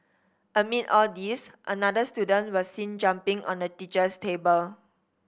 amid all this another student was seen jumping on the teacher's table